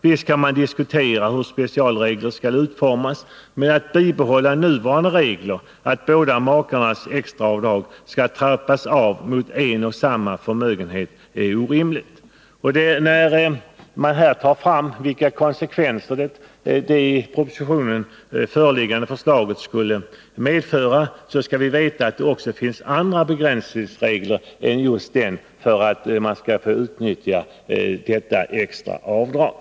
Visst kan man diskutera hur specialreglerna skall utformas, men det är orimligt att bibehålla nuvarande regler att båda makarnas extra avdrag skall trappas av mot en och samma förmögenhet. När man här tar fram vilka konsekvenser det i propositionen föreliggande förslaget skulle få, skall vi veta att det också finns andra begränsningsregler än just den som gäller utnyttjandet av detta extra avdrag.